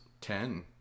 Ten